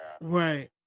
Right